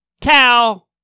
cow